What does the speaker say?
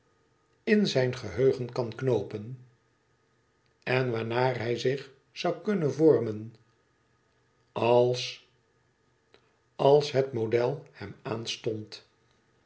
in zijn geheugen kan knoopen en waarnaar hij zich zou kunnen vormen als als het model hem aanstond